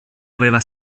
aveva